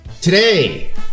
Today